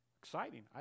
Exciting